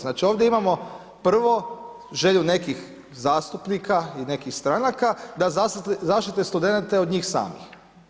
Znači, ovdje imamo prvo želju nekih zastupnika i nekih stranaka da zaštite studente od njih samih.